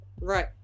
right